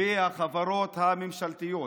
בחברות הממשלתיות.